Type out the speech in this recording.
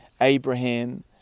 Abraham